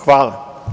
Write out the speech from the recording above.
Hvala.